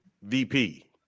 VP